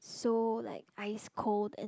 so like ice cold and